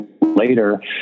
later